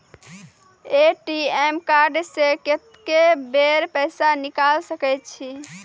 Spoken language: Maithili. ए.टी.एम कार्ड से कत्तेक बेर पैसा निकाल सके छी?